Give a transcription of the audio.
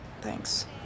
Thanks